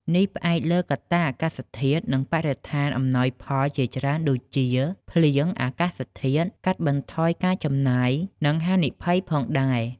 នេះផ្អែកលើកត្តាអាកាសធាតុ និងបរិស្ថានអំណោយផលជាច្រើនដូចជា ភ្លៀង អាកាសធាតុ កាត់បន្ថយការចំណាយ និងហានិភ័យផងដែរ។